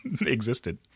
existed